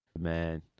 Man